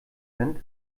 sind